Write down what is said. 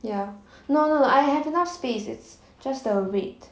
ya no no I have enough space it's just the weight